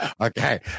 Okay